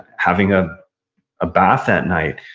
having a bath at night.